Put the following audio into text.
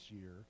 year